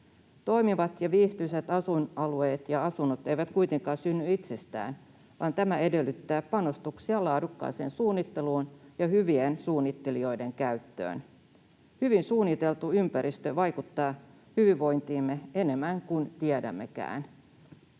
Toimivat ja viihtyisät asuinalueet ja asunnot eivät kuitenkaan synny itsestään, vaan tämä edellyttää panostuksia laadukkaaseen suunnitteluun ja hyvien suunnittelijoiden käyttöön. Hyvin suunniteltu ympäristö vaikuttaa hyvinvointiimme enemmän kuin tiedämmekään.